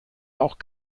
auch